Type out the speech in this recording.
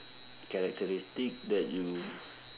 characteristic that you